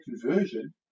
conversion